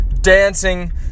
dancing